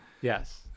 Yes